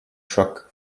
truck